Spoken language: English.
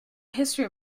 history